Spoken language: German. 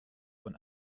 von